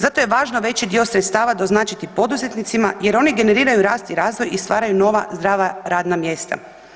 Zato je važno veći dio sredstava doznačiti poduzetnicima jer oni generiraju rast i razvoj i stvaraju nova, zdrava radna mjesta.